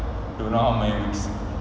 don't know how many weeks